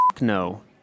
No